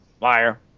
Liar